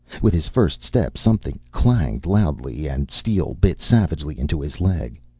with his first step something clanged loudly and steel bit savagely into his leg.